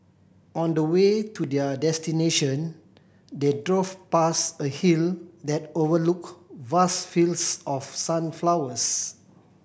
on the way to their destination they drove past a hill that overlooked vast fields of sunflowers